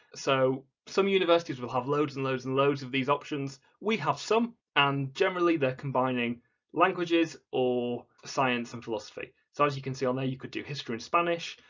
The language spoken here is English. so some universities will have loads and loads and loads of these options we have some and generally they're combining languages or science and philosophy, so as you can see on there you could do history and spanish,